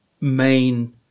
main